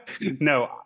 No